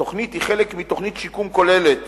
התוכנית היא חלק מתוכנית שיקום כוללת